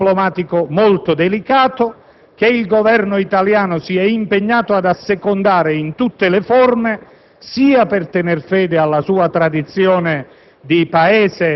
È un lavoro diplomatico molto delicato, che il Governo italiano si è impegnato ad assecondare in tutte le forme, sia per tener fede alla sua tradizione